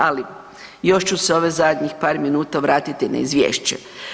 Ali još ću se ovih zadnjih par minuta vratiti na izvješće.